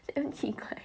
damn 奇怪